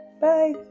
Bye